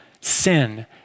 sin